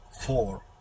four